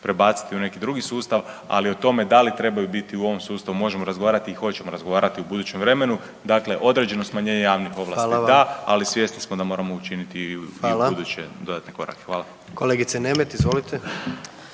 prebaciti u neki drugi sustav, ali o tome da li trebaju biti u ovom sustavu možemo razgovarati u budućem vremenu. Dakle, određeno smanjenje javnih ovlasti da, ali svjesni smo da moramo učiniti i u buduće dodatne korake. Hvala. **Jandroković, Gordan